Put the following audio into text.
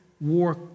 war